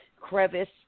crevice